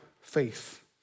faith